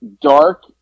dark